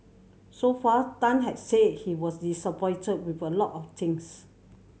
so far Tan has said he was disappointed with a lot of things